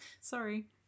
sorry